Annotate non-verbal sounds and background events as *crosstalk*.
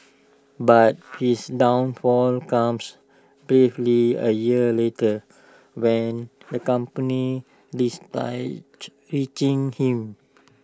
but his downfall comes barely A year later when the company *unintelligible* retrenched him